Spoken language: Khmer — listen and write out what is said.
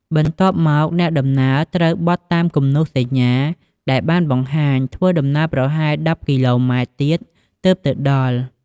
បន្ទាប់មកអ្នកដំណើរត្រូវបត់តាមគំនូសសញ្ញាដែលបានបង្ហាញ ធ្វើដំណើរប្រហែល១០គីឡូម៉ែត្រទៀតទើបទៅដល់។